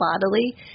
bodily